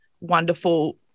wonderful